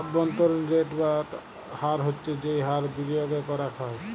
অব্ভন্তরীন রেট বা হার হচ্ছ যেই হার বিলিয়গে করাক হ্যয়